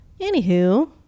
Anywho